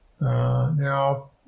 now